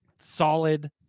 solid